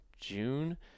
June